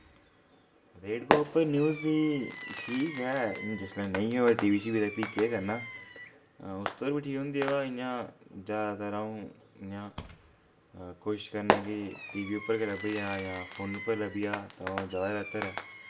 radio उप्पर news बी ठीक ऐ जिसलै नेईं होऐ टीवी शीवी ते फ्ही केह् करना उसदे पर बी ठीक होंदी बा इ'यां जैदातर अ'ऊं इ'यां कोशिश करना कि टीवी उप्पर गै लब्भी जा जां फोन उप्पर लब्भी जा तां ओ जैदा बेह्तर ऐ